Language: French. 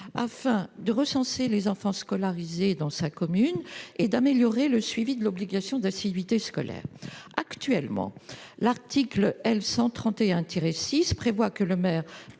afin de recenser les enfants scolarisés dans sa commune et d'améliorer le suivi de l'obligation d'assiduité scolaire. Actuellement, l'article L. 131-6 du code de